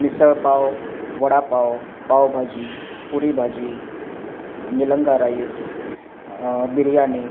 मिसळ pav vada pav pav bhaji puri bhaji Nilanga rice biryani